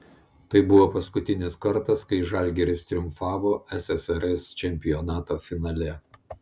tai buvo paskutinis kartas kai žalgiris triumfavo sssr čempionato finale